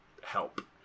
help